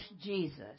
Jesus